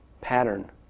pattern